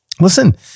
Listen